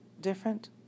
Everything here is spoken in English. different